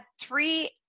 three